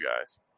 guys